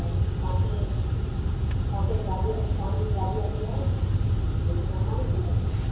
त तव्हांखे तव्हांखे तव्हांजी गाॾी वाॾी आहे इंतिज़ाम आहे गाॾी